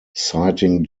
citing